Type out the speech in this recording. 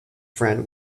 friend